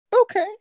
Okay